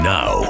Now